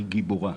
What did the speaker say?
היא גיבורה.